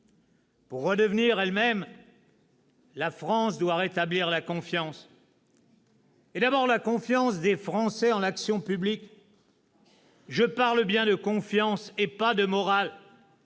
Pour redevenir elle-même, la France doit rétablir la confiance, et d'abord la confiance des Français en l'action publique. Je parle bien de confiance, et pas de morale.